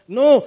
no